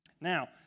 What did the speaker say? Now